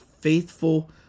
faithful